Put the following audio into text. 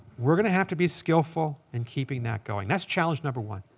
we're going to have to be skillful in keeping that going. that's challenge number one.